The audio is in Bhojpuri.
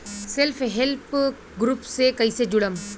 सेल्फ हेल्प ग्रुप से कइसे जुड़म?